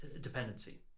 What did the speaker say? dependency